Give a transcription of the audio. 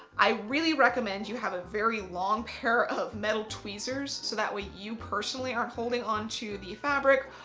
i really recommend you have a very long pair of metal tweezers, so that way you personally aren't holding on to the fabric,